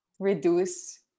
reduce